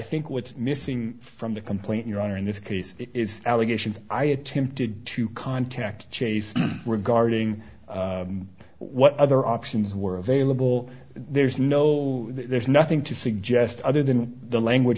think what's missing from the complaint your honor in this case is allegations i attempted to contact chase regarding what other options were available there's no there's nothing to suggest other than the language